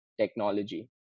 technology